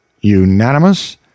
Unanimous